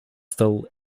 still